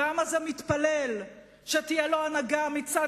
והעם הזה מתפלל שתהיה לו הנהגה אמיצה